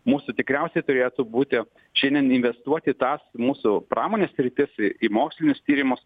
mūsų tikriausiai turėtų būti šiandien investuoti į tas mūsų pramonės sritis į mokslinius tyrimus